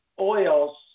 Oils